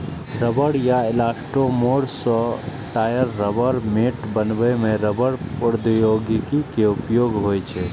रबड़ या इलास्टोमोर सं टायर, रबड़ मैट बनबै मे रबड़ प्रौद्योगिकी के उपयोग होइ छै